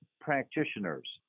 practitioners